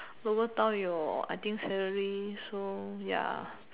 lower down your I think salary so ya